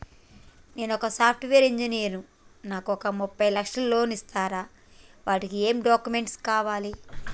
నేను ఒక software engineer నాకు ఒక ముప్పై లక్షల లోన్ ఇస్తరా? వాటికి ఏం డాక్యుమెంట్స్ కావాలి?